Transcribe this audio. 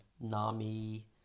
NAMI